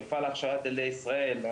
המפעל להכשרת ילדי ישראל,